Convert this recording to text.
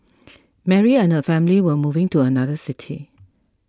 Mary and her family were moving to another city